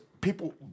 people